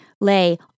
lay